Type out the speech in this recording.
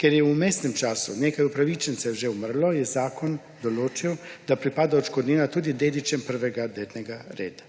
Ker je v vmesnem času nekaj upravičencev že umrlo, je zakon določil, da pripada odškodnina tudi dedičem prvega dednega reda.